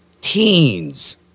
teens